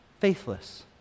Faithless